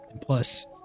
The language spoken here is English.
Plus